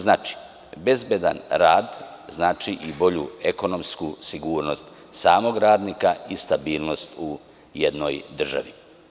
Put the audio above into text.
Znači, bezbedan rad znači i bolju ekonomsku sigurnost samog radnika i stabilnost u jednoj državi.